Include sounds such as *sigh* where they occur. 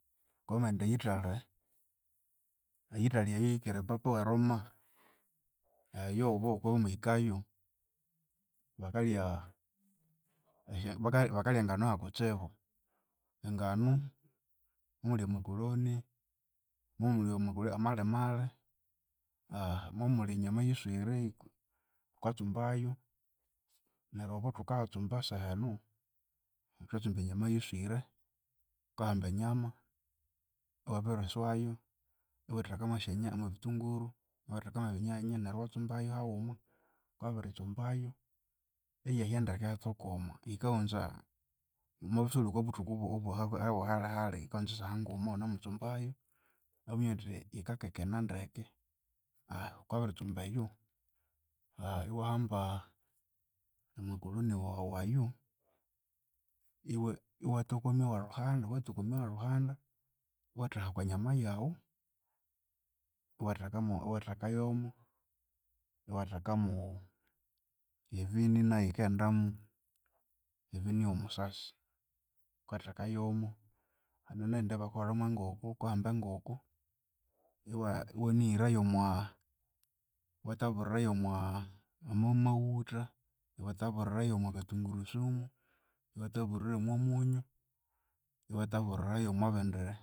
Wukabya wamaghenda e Italy, e Italy eyo yikere papa we Roma, eyobo wukabya wamahikayo, bakalya *hesitation* bakalya engano yakutsibu. Engano mwamuli amakoloni, mwamuli amakoloni amalimali, *hesitation* mwamuli enyama eyiswire wukatsumbayu neryu obo kuthukayatsumba sahenu, thukatsumba enyama eyiswire. Wukahamba enyama iwabiriswayu, iwathekamu *hesitation* ebithunguru, iwatheka mwebinyanya neryu iwatsumbayu hawuma neryu wabiritsumbayu, iyahya ndeke iyatokoma. Yikawunza wamabya isiwuli okwabuthuku bwa hali hali yikawunza esyasaha nguma iwunemutsumbayo iwaminya wuthi yikakekena ndeke. *hesitation* wukabya wabiritsumba eyo *hesitation* iwahamba amakoloni wawu ayo iwa- iwatokomya wa lhuhandi. Wukabya wabiritokomya waluhandi, iwatheha okwa nyama yawu iwathekamu iwathekayomo, iwathekamu evini nayu yikaghendamu, evini yomusasi wukatheka yomo, hane neyindi eyabakahulhamu enkoko. Wukahamba enkoko iwa- iwanighira yomwa iwathaburira yomwa yomwamawutha, iwathaburira yomwa kathungurusumu, iwathaburira yomwa munyu, iwathaburira yomwabindi.